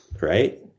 Right